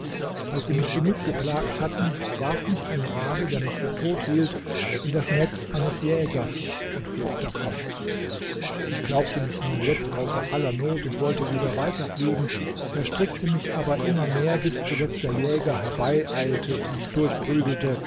als sie mich genug geplagt hatten warf mich ein rabe der mich für tot hielt in das netz eines jägers und flog davon ich glaubte mich nun jetzt außer aller not und wollte wieder weiter fliegen verstrickte mich aber immer mehr bis zuletzt der jäger herbeieilte mich durchprügelte